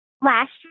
last